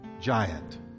giant